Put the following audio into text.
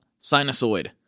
Sinusoid